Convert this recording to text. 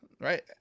Right